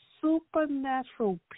supernatural